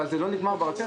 אבל זה לא נגמר ברכבת.